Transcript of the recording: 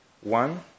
One